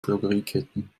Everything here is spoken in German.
drogerieketten